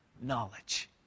knowledge